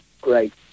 great